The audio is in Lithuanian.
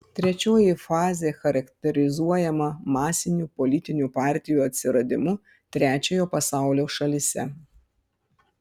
trečioji fazė charakterizuojama masinių politinių partijų atsiradimu trečiojo pasaulio šalyse